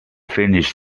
finish